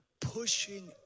pushing